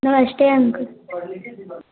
नमस्ते अंकल